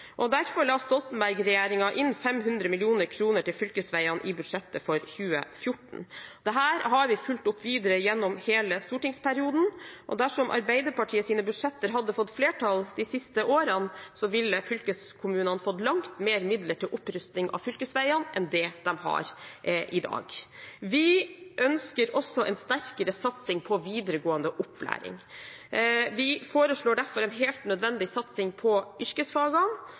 Derfor la Stoltenberg-regjeringen inn 500 mill. kr til fylkesveiene i budsjettet for 2014. Dette har vi fulgt opp videre gjennom hele stortingsperioden. Dersom Arbeiderpartiets budsjetter hadde fått flertall de siste årene, ville fylkeskommunene fått langt flere midler til opprusting av fylkesveiene enn det de har i dag. Vi ønsker også en sterkere satsing på videregående opplæring. Vi foreslår derfor en helt nødvendig satsing på yrkesfagene.